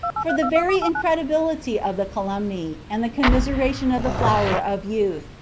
for the very incredibility of the calumny, and the commiseration of the flower of youth,